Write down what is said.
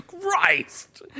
Christ